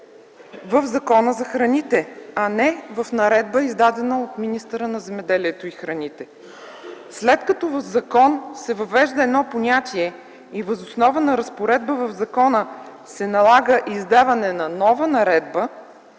в Закона за храните, а не в наредба, издадена от министъра на земеделието и храните. След като в закон се въвежда едно понятие и въз основа на разпоредба в закона се налага издаване на нова наредба